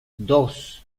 dos